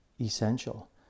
essential